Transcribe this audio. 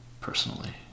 personally